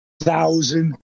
Thousand